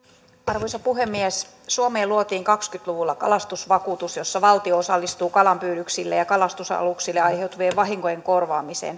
arvoisa puhemies suomeen luotiin kaksikymmentä luvulla kalastusvakuutus jossa valtio osallistuu kalanpyydyksille ja kalastusaluksille aiheutuvien vahinkojen korvaamiseen